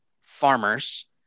farmers